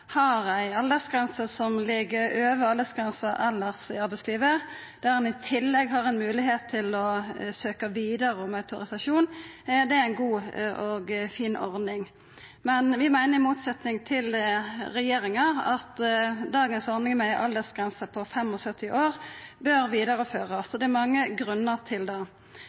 har ei aldersgrense som ligg over aldersgrensa elles i arbeidslivet, og der ein i tillegg kan søkja om vidare autorisasjon, er ei god og fin ordning. Men vi meiner, i motsetning til regjeringa, at dagens ordning med aldersgrense på 75 år bør vidareførast. Det er mange grunnar til det.